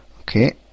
Okay